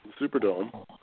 Superdome